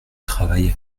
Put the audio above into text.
travail